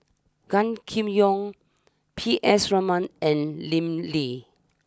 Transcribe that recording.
Gan Kim Yong P S Raman and Lim Lee